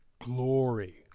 glory